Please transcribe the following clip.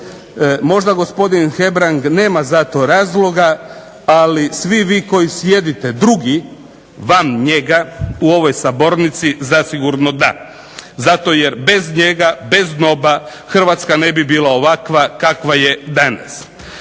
Možda gospodin Hebrang nema za to razloga, ali svi vi koji sjedite drugi van njega u ovoj sabornici zasigurno da. Zato jer bez njega, bez …/Govornik se ne razumije./… Hrvatska ne bi bila ovakva kakva je danas.